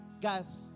Guys